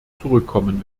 zurückkommen